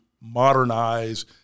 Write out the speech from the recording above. modernize